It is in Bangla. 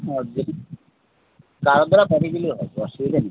আর দেখি কারোর দ্বারা পাঠিয়ে দিলেই হবে অসুবিধে নেই